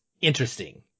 interesting